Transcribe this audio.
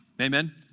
Amen